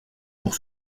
pour